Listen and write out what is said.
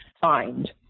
find